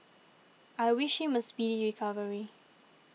I wish him a speedy recovery